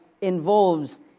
involves